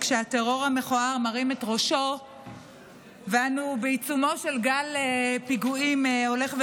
כשהטרור המכוער מרים את ראשו ואנו בעיצומו של גל פיגועים הולך וגואה,